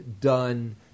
done